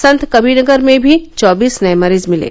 संतकबीरनगर में भी चौबीस नए मरीज मिले